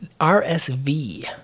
RSV